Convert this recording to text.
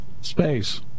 space